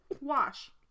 Wash